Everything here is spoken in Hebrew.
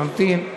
נמתין.